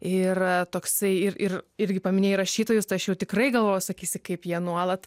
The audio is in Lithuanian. ir toksai ir ir irgi paminėjai rašytojus tai aš jau tikrai galvojau sakysi kaip jie nuolat